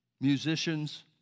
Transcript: musicians